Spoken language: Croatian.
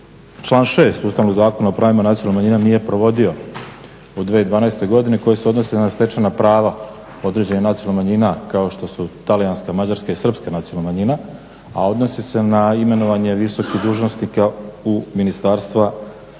član 6. Ustavnog zakona o pravima nacionalnih manjina nije provodio u 2012. godini koji se odnosi na stečena prava određenih nacionalnih manjina kao što su talijanska, mađarska i srpska nacionalna manjina a odnosi se na imenovanje visokih dužnosnika u Ministarstva